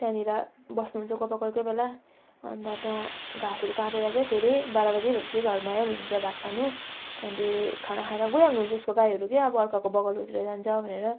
त्यहाँनेर बस्नु हुन्छ कोपा कोही कोही बेला अन्त त्यहाँ घाँसहरू काटेर चाहिँ फेरि बाह्र बजी भए पछि घरमा आइहाल्नु हुन्छ भात खानु त्यहाँदेखि खाना खाएर गइहाल्नु हुन्छ उसको गाईहरू चाहिँ अर्काको बगलहरूतिर जान्छ भनेर